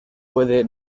puede